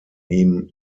ihm